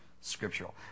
Scriptural